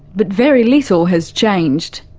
but very little has changed.